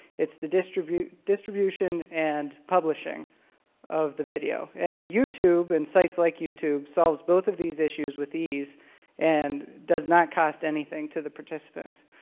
it's the distribution distribution and publishing of the video. and youtube and sites like youtube solves both of these issues with ease and does not cost anything to the participants.